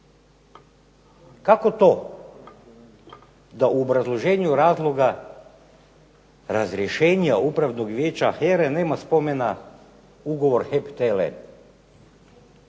Kako to da u obrazloženju razloga razrješenja Upravnog vijeća HERA-e nema spomena ugovor HEP